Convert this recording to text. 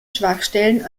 schwachstellen